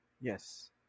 Yes